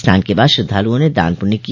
स्नान के बाद श्रद्धालुओं ने दान प्ण्य किया